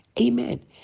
Amen